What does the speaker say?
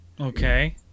Okay